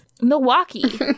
Milwaukee